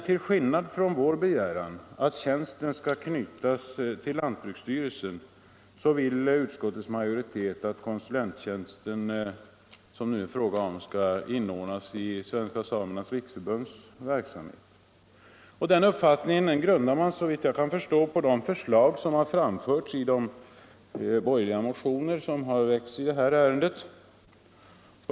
Till skillnad från oss som begär att den konsulenttjänst det nu är fråga om skall anknytas till lantbruksstyrelsen vill utskottets majoritet att tjänsten skall inordnas i Svenska samernas riksförbunds verksamhet. Denna uppfattning grundar man, såvitt jag kan förstå, på de förslag som framförts i de borgerliga motioner som väckts i ärendet.